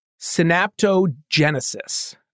synaptogenesis